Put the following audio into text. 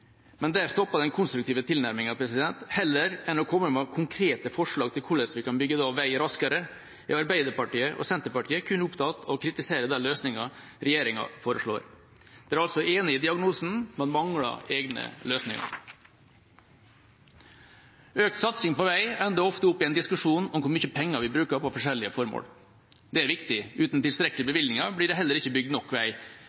Men der stopper den konstruktive tilnærminga. Heller enn å komme med konkrete forslag til hvordan vi kan bygge vei raskere, er Arbeiderpartiet og Senterpartiet kun opptatt av å kritisere de løsningene regjeringa foreslår. De er altså enig i diagnosen, men mangler egne løsninger. Økt satsing på vei ender ofte opp i en diskusjon om hvor mye penger vi bruker på forskjellige formål. Det er viktig. Uten tilstrekkelige bevilgninger blir det heller ikke bygd nok vei.